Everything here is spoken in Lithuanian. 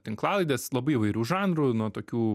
tinklalaidės labai įvairių žanrų nuo tokių